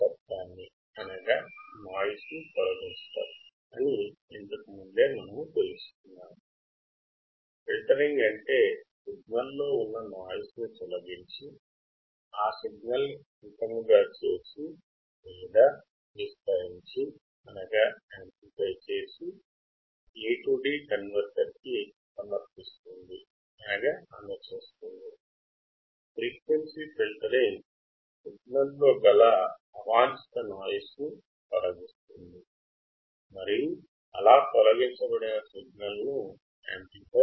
frequency filtering తరంగాల నుండి noise ని తొలగిస్తుంది మరియు అలా తొలగించబడిన తరంగాలు విస్తరించబడతాయి